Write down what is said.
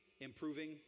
improving